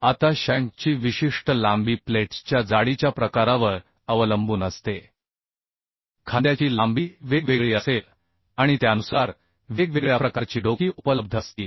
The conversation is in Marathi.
आता शँकची विशिष्ट लांबी प्लेट्सच्या जाडीच्या प्रकारावर अवलंबून असते खांद्याची लांबी वेगवेगळी असेल आणि त्यानुसार वेगवेगळ्या प्रकारची डोकी उपलब्ध असतील